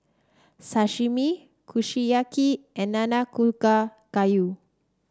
Sashimi Kushiyaki and Nanakusa Gayu